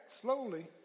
slowly